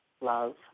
love